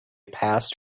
passed